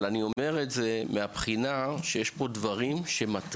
אבל אני אומר את זה מהבחינה שיש פה דברים שמטרידים,